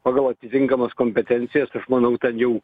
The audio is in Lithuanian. pagal atitinkamas kompetencijas aš manau ten jau